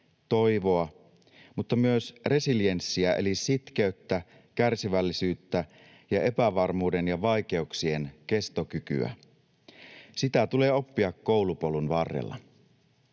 toivoa, mutta myös resilienssiä eli sitkeyttä, kärsivällisyyttä ja epävarmuuden ja vaikeuksien kestokykyä. Sitä tulee oppia koulupolun varrella.